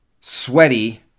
Sweaty